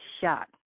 shot